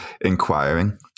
inquiring